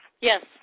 Yes